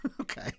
Okay